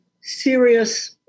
serious